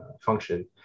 function